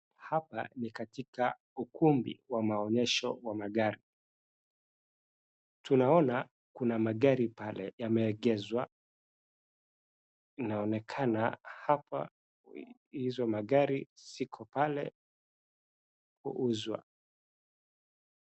Hapa ni katika ukumbi wa maonyesho wa magari. Tunaona kuna magari pale yameegeshwa. Inaonekana hapa hizo magari ziko pale kuuzwa.